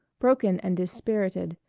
broken and dispirited,